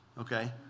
Okay